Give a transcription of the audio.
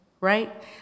right